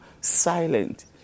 silent